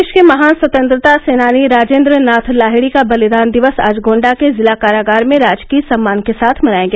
देश के महान स्वतंत्रता सेनानी राजेंद्र नाथ लाहिड़ी का बलिदान दिवस आज गोंडा के जिला कारागार में राजकीय सम्मान के साथ मनाया गया